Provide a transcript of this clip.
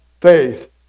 faith